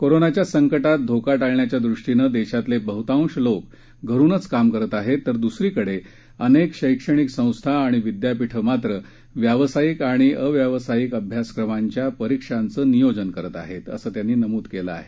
कोरोनाच्या संकटात धोका टाळण्याच्या दृष्टीनं देशातले बहुतांश लोक घरूनच काम करत आहेत तर दुसरीकडे अनेक शैक्षणिक संस्था आणि विद्यापीठं मात्र व्यावसायिक आणि अव्यावसायिक अभ्यासक्रमांच्या परीक्षांचं नियोजन करत आहेत असं त्यांनी नमूद केलं आहे